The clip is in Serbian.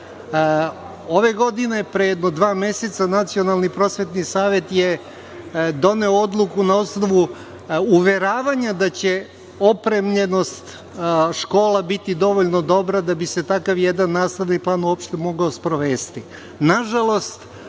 Ove godine pre jedno dva meseca Nacionalni prosvetni savet je doneo odluku na osnovu uveravanja da će opremljenost škola biti dovoljno dobra da bi se takav jedan nastavni plan uopšte mogao sprovesti. Nažalost,